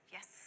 Yes